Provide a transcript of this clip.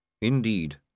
Indeed